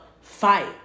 fight